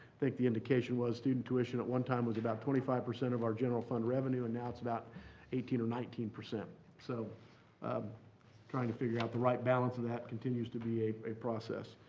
think the indication was student tuition at one time was about twenty five percent of our general fund revenue and now it's about eighteen or nineteen. so um trying to figure out the right balance of that continues to be a a process.